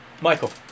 Michael